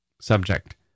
Subject